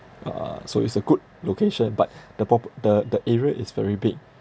uh so it's a good location but the pop~ the the area is very big